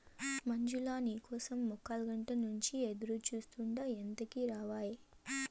మంజులా, నీ కోసం ముక్కాలగంట నుంచి ఎదురుచూస్తాండా ఎంతకీ రావాయే